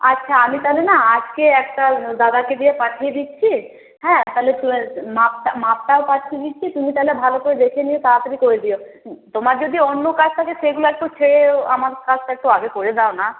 আচ্ছা আমি তাহলে না আজকে একটা দাদাকে দিয়ে পাঠিয়ে দিচ্ছি হ্যাঁ তাহলে মাপটা মাপটাও পাঠিয়ে দিচ্ছি তুমি তাহলে ভালো করে দেখে নিয়ে তাড়াতাড়ি করে দিও তোমার যদি অন্য কাজ থাকে সেগুলো একটু ছেড়েও আমার কাজটা একটু আগে করে দাও না